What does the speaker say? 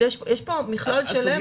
יש פה מכלול שלם.